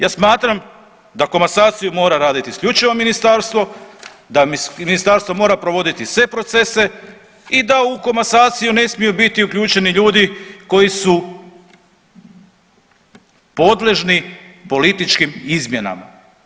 Ja smatram da komasaciju mora raditi isključivo ministarstvo, da ministarstvo mora provoditi sve procese i da u komasaciju ne smiju biti uključeni ljudi koji su podležni političkim izmjenama.